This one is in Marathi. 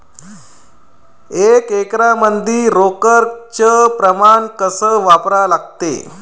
एक एकरमंदी रोगर च प्रमान कस वापरा लागते?